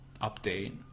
update